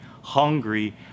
hungry